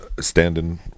standing